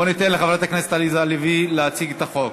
בואו ניתן לחברת הכנסת עליזה לביא להציג את החוק.